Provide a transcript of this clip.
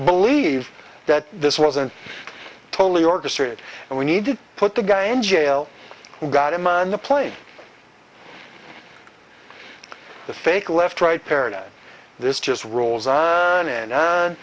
believe that this wasn't totally orchestrated and we need to put the guy in jail and got him on the plane the fake left right paradigm this just rolls on and on